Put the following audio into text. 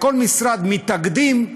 בכל משרד מתאגדים,